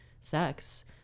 sex